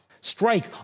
Strike